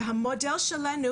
והמודל שלנו,